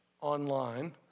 online